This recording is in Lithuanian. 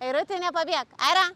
airuti nepabėk aira